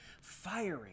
firing